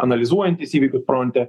analizuojantys įvykius fronte